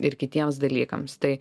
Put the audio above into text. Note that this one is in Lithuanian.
ir kitiems dalykams tai